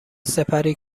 سپری